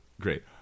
Great